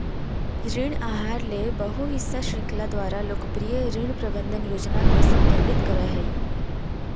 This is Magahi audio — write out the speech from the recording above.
ऋण आहार ले बहु हिस्सा श्रृंखला द्वारा लोकप्रिय ऋण प्रबंधन योजना के संदर्भित करय हइ